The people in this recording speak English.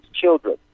children